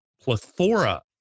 plethora